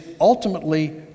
ultimately